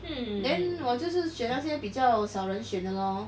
then 我就是选那些比较少人选的 lor